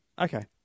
Okay